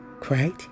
cried